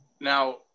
now